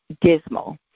dismal